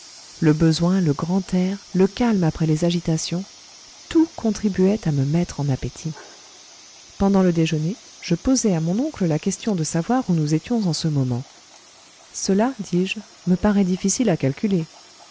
le besoin le grand air le calme après les agitations tout contribuait à me mettre en appétit pendant le déjeuner je posai à mon oncle la question de savoir où nous étions en ce moment cela dis-je me parait difficile à calculer